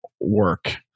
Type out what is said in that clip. work